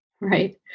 Right